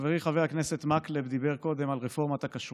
חברי חבר הכנסת מקלב דיבר קודם על רפורמת הכשרות,